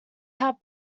had